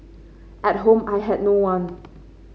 at home I had no one